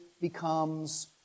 becomes